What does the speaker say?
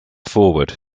forward